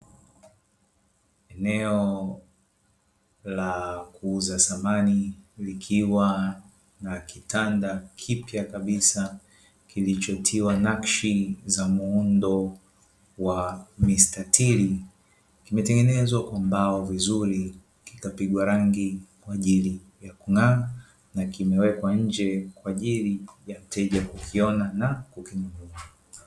Eneo la kuuza samani likiwa na kitanda kipya kabisa kilichotiwa nakshi za muundo wa mistatiri, kimetengenezwa kwa mbao vizuri kikapigwa rangi kwa ajili ya kung`aa na kimewekwa nje kwa ajili ya mteja kikiona na kukinunua.